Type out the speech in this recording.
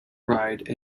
ride